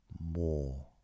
more